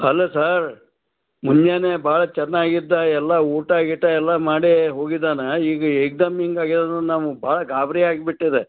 ಅಲ್ಲ ಸರ್ ಮುಂಜಾನೆ ಭಾಳ ಚೆನ್ನಾಗಿದ್ದ ಎಲ್ಲ ಊಟ ಗೀಟ ಎಲ್ಲ ಮಾಡೇ ಹೋಗಿದ್ದಾನೆ ಈಗ ಏಕ್ದಮ್ ಹಿಂಗೆ ಆಗ್ಯದಂದ್ರೆ ನಮ್ಗೆ ಭಾಳ ಗಾಬರಿ ಆಗಿಬಿಟ್ಟಿದೆ